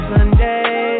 Sunday